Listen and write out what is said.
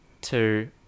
two